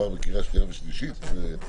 משרד המשפטים בשיתוף עם ממשל זמין,